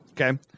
Okay